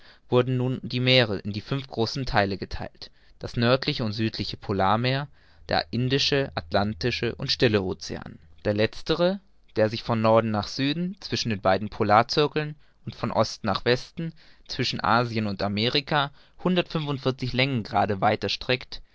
wurden nun die meere in die fünf großen theile getheilt das nördliche und südliche polarmeer der indische atlantische und stille ocean der letztere der sich von norden nach süden zwischen den beiden polarzirkeln und von osten nach westen zwischen asien und amerika hundertfünfundvierzig längengrade